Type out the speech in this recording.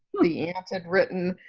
the aunt had written,